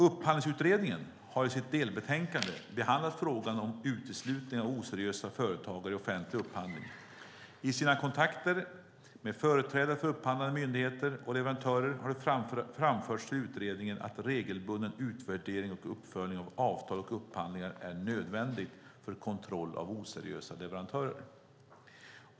Upphandlingsutredningen har i sitt delbetänkande behandlat frågan om uteslutning av oseriösa företagare i offentlig upphandling. I sina kontakter med företrädare för upphandlande myndigheter och leverantörer har det framförts till utredningen att regelbunden utvärdering och uppföljning av avtal och upphandlingar är nödvändigt för kontroll av oseriösa leverantörer.